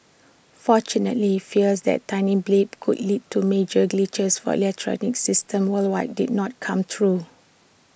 fortunately fears that tiny blip could lead to major glitches for electronic systems worldwide did not come true